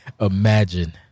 imagine